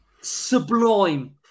sublime